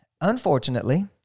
unfortunately